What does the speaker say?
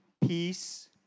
peace